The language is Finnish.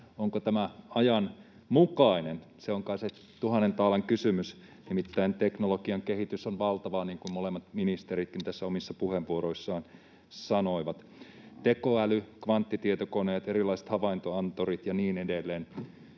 onko tämä ajanmukainen. Se on kai se tuhannen taalan kysymys. Nimittäin teknologian kehitys on valtava, niin kuin molemmat ministeritkin tässä omissa puheenvuoroissaan sanoivat — tekoäly, kvanttitietokoneet, erilaiset havaintoanturit ja niin edelleen.